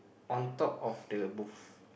on top of the booth